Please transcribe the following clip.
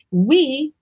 we,